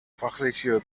fachliche